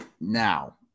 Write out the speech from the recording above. Now